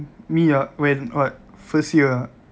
me ah when what first year ah